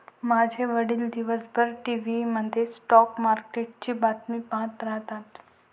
माझे वडील दिवसभर टीव्ही मध्ये स्टॉक मार्केटची बातमी पाहत राहतात